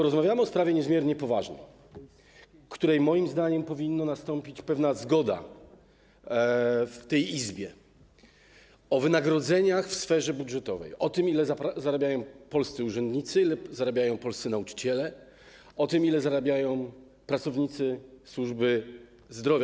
Rozmawiamy o sprawie niezmiernie poważnej, w której moim zdaniem powinna nastąpić pewna zgoda w tej Izbie, o wynagrodzeniach w sferze budżetowej, o tym, ile zarabiają polscy urzędnicy, ile zarabiają polscy nauczyciele, o tym, ile zarabiają pracownicy służby zdrowia.